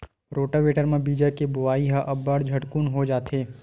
rotavator म बीजा के बोवई ह अब्बड़ झटकुन हो जाथे